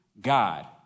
God